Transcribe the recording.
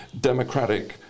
democratic